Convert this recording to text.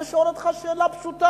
אני שואל אותך שאלה פשוטה: